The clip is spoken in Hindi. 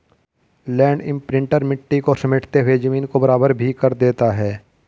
लैंड इम्प्रिंटर मिट्टी को समेटते हुए जमीन को बराबर भी कर देता है